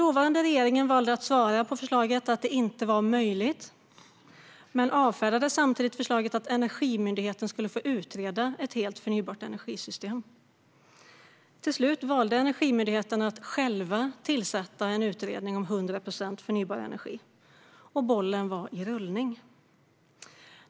Dåvarande regering svarade att det inte var möjligt och avfärdade samtidigt förslaget att Energimyndigheten skulle få utreda ett helt förnybart energisystem. Till slut valde Energimyndigheten att själv tillsätta en utredning om 100 procent förnybar energi, och bollen var i rullning.